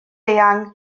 eang